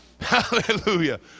Hallelujah